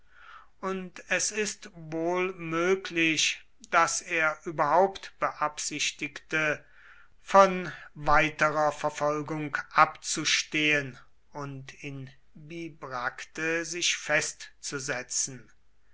und es ist wohl möglich daß er überhaupt beabsichtigte von weiterer verfolgung abzustehen und in bibracte sich festzusetzen